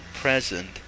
present